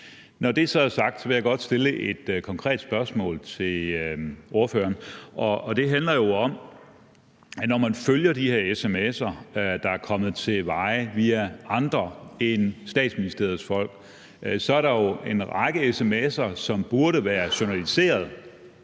Når det så er sagt, vil jeg godt stille et konkret spørgsmål til ordføreren. Det handler om, at når man følger de her sms'er, der er kommet til veje via andre end Statsministeriets folk, er der jo en række sms'er, som burde være journaliseret,